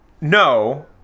no